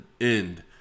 end